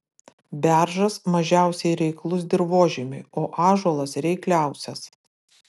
beržas mažiausiai reiklus dirvožemiui o ąžuolas reikliausias